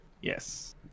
Yes